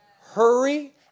Hurry